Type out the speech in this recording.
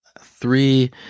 three